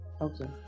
okay